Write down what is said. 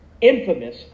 infamous